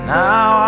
now